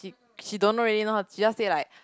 she she don't really know she just say like